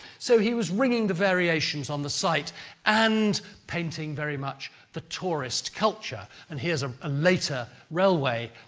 so, he was ringing the variations on the site and painting very much the tourist culture. and here's ah a later railway